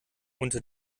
unter